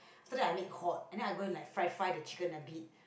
so then I make hot and I go and like fried fried the chicken a bit